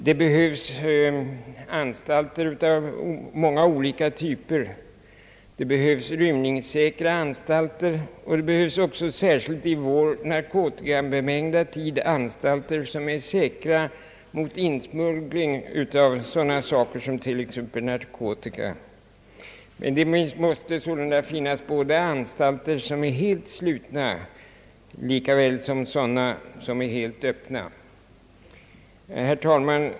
Det behövs anstalter av många olika typer. Det behövs några rymningssäkra anstalter. I vår narkotikabemängda tid behövs också anstaltetr som är säkra mot insmuggling av sådant som narkotika. Det måste finnas anstaltetr som är helt slutna likaväl som sådana som är helt öppna. Herr talman!